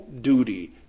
duty